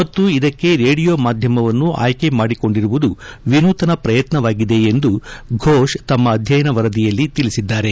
ಮತ್ತು ಇದಕ್ಕೆ ರೇಡಿಯೊ ಮಾಧ್ಯಮವನ್ನು ಆಯ್ಕೆಮಾಡಿಕೊಂಡಿರುವುದು ವಿನೂತನ ಪ್ರಯತ್ನವಾಗಿದೆ ಎಂದು ಫೋಶ್ ಅವರು ತಮ್ಮ ಅಧ್ಯಯನ ವರದಿಯಲ್ಲಿ ತಿಳಿಸಿದ್ದಾರೆ